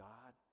God